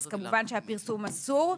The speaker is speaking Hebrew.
אז כמובן שהפרסום אסור.